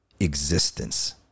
Existence